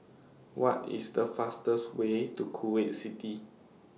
What IS The fastest Way to Kuwait City